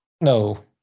No